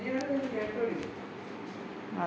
അ